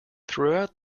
throughout